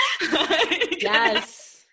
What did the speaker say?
Yes